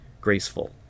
graceful